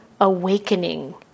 awakening